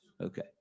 Okay